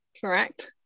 Correct